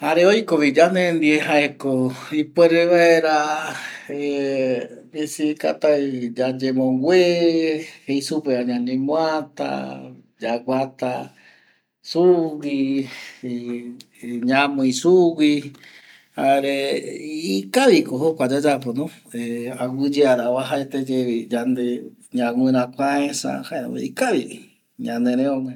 Jare oikovi yande ndie ipuere vaera misikataɨ yayemongue jei supeva ñañemuata, yaguata sugui ñamɨi sugui jare ikaviko jokua yayapono aguɨyeara oajaeteyevi yande ñagüiräkuaesa ikavi ñanerëogue